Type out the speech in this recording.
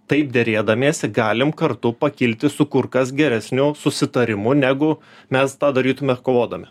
taip derėdamiesi galim kartu pakilti su kur kas geresniu susitarimu negu mes tą darytume kovodami